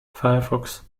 firefox